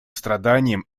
страданиям